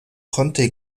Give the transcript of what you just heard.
konnte